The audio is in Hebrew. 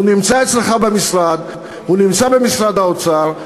הוא נמצא אצלך במשרד, הוא נמצא במשרד האוצר.